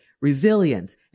resilience